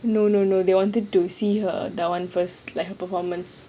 no no no they wanted to see her that [one] first like her performance